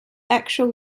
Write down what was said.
actual